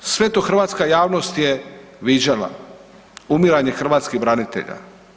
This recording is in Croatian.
Sve to hrvatska javnost je viđala, umiranje hrvatskih branitelja.